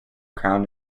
crown